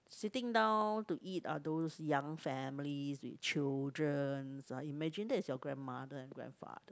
sitting down to eat are those young families with children ah imagine that is your grandmother and grandfather